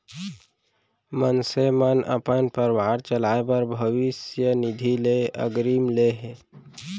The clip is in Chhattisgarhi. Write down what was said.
मनसे मन अपन परवार चलाए बर भविस्य निधि ले अगरिम ले हे